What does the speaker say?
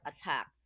attack